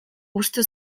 uste